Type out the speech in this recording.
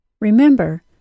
Remember